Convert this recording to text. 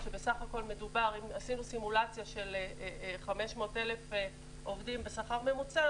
עשינו סימולציה של 500,000 עובדים בשכר ממוצע